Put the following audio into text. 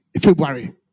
february